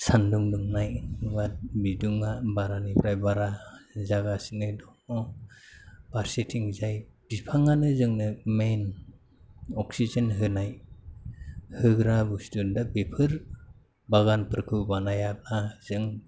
सान्दुं दुंनाय एबा बिदुंआ बारानिफ्राय बारा जागासिनो दङ फारसेथिंजाय बिफांआनो जोंनो मैन अक्सिजेन होनाय होग्रा बुस्थु दा बेफोर बागानफोरखौ बानायाबा जों